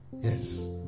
Yes